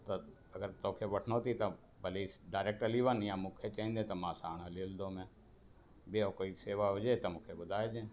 त अगरि तोखे वठिणो अथई त भले डारेक्ट हली वञु या मूंखे चईंदे त मां साणु हली हलंदमि ॿियो कोई सेवा हुजे त मूंखे ॿुधाए जंहिं